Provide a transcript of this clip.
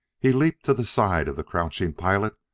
he leaped to the side of the crouching pilot,